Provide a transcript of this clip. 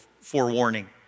forewarning